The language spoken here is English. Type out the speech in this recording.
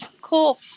cool